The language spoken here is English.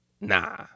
Nah